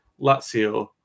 Lazio